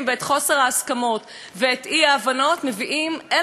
האי-הבנות מביאים אל המקום הזה הפרטי,